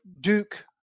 Duke